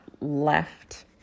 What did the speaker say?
left